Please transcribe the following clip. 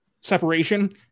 separation